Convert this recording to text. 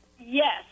Yes